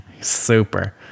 Super